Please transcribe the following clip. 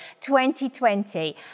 2020